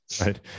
Right